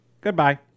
Goodbye